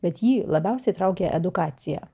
bet jį labiausiai traukia edukacija